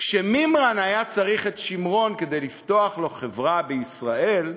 כשמימרן היה צריך את שמרון כדי לפתוח לו חברה בישראל,